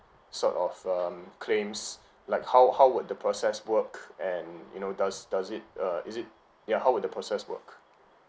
sort of um claims like how how would the process work and you know does does it uh is it ya how would the process work